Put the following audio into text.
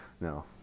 no